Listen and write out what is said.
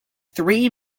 three